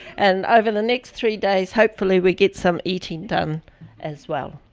and over the next three days, hopefully we get some eating done as well.